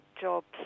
jobs